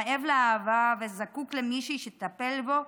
רעב לאהבה וזקוק למישהי שתטפל בו,